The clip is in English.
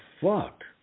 fuck